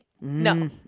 No